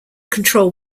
control